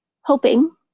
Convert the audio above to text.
hoping